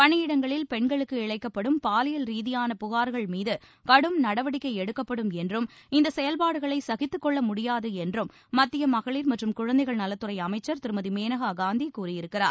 பணியிடங்களில் பெண்களுக்கு இழைக்கப்படும் பாலியல் ரீதியிலான புகார்கள் மீது கடும் நடவடிக்கை எடுக்கப்படும் என்றும் இந்த செயல்பாடுகளை சகித்துக் கொள்ள முடியாது என்றும் மத்திய மகளிர் மற்றும் குழந்தைகள் நலத்துறை அமைச்சர் திருமதி மேனகா காந்தி கூறியிருக்கிறார்